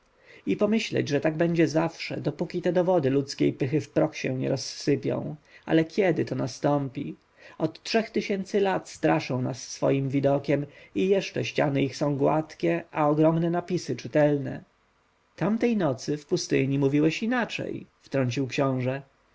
i pomyśleć że tak będzie zawsze dopóki te dowody ludzkiej pychy w proch się nie rozsypią ale kiedy to nastąpi od trzech tysięcy lat straszą nas swoim widokiem i jeszcze ściany ich są gładkie a ogromne napisy czytelne tamtej nocy w pustyni mówiłeś inaczej wtrącił książę